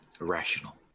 Irrational